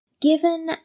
Given